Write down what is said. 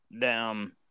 down